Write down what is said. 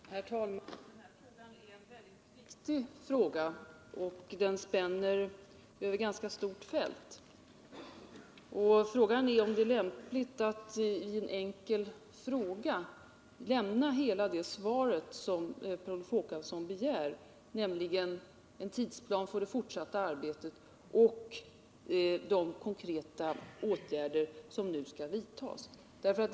Herr talman! Detta är ett mycket viktigt problem och det spänner över ett ganska stort fält. Fråga är om det är lämpligt att som svar på en enkel fråga lämna alla de uppgifter som Per Olof Håkansson begär, nämligen en tidsplan för det fortsatta arbetet och angivande av de konkreta åtgärder som nu skall vidtagas.